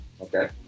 Okay